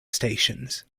stations